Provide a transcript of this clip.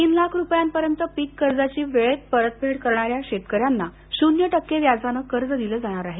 तीन लाख रुपयांपर्यंत पीक कर्जाची वेळेत परतफेड करणाऱ्या शेतकऱ्यांना शुन्य टक्के व्याजाने कर्ज दिलं जाणार आहे